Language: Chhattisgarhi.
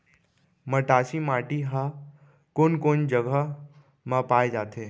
मटासी माटी हा कोन कोन जगह मा पाये जाथे?